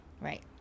right